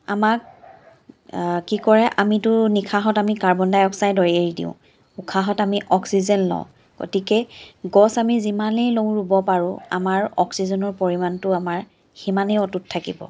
আমাক কি কৰে আমিতো নিশাহত কাৰ্বন ডাই অক্সাইড এৰি দিওঁ উশাহত আমি অক্সিজেন লওঁ গতিকে গছ আমি যিমানেই লওঁ ৰুব পাৰোঁ আমাৰ অক্সিজেনৰ পৰিমাণটো আমাৰ সিমানেই অটুট থাকিব